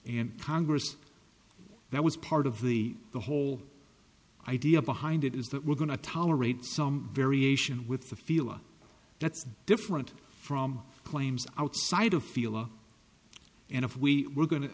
and congress that was part of the the whole idea behind it is that we're going to tolerate some variation with the feeling that's different from claims outside of philo and if we were go